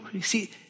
see